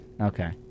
Okay